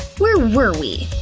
where were we?